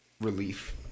relief